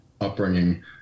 upbringing